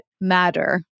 matter